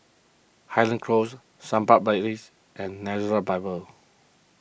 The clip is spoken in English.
Highland Close Sampan Place and Nazareth Bible